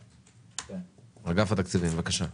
נציג אגף התקציבים במשרד האוצר, בבקשה.